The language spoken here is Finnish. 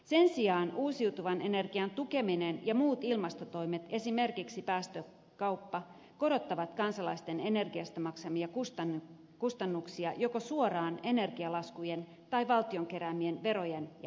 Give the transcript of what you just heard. sen sijaan uusiutuvan energian tukeminen ja muut ilmastotoimet esimerkiksi päästökauppa korottavat kansalaisten energiasta maksamia kustannuksia joko suoraan energialaskujen tai valtion keräämien verojen ja maksujen kautta